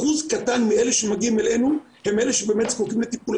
אחוז קטן מאלה שמגיעים אלינו הם אלה שבאמת זקוקים לטיפול,